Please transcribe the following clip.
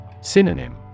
Synonym